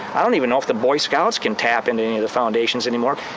i don't even know if the boy scouts can tap into any of the foundations anymore.